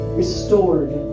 restored